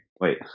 wait